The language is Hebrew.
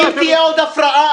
אם תהיה עוד הפרעה,